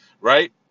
Right